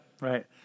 Right